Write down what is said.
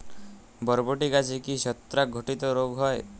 বরবটি গাছে কি ছত্রাক ঘটিত রোগ হয়?